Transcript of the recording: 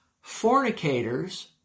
fornicators